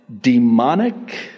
demonic